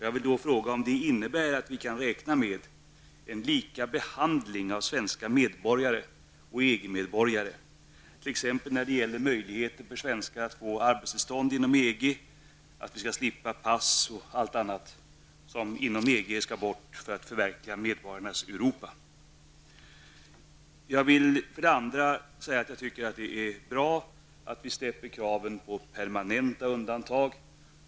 Jag vill fråga om det innebär att vi kan räkna med en lika behandling för svenska medborgare och EG-medborgare t.ex. när det gäller möjligheter för svenskar att få arbetstillstånd inom EG, att vi skall slippa pass och allt annat som inom EG skall bort för att förverkliga medborgarnas Europa? Jag vill vidare säga att jag tycker det är bra att vi släpper kraven på permanenta undantag.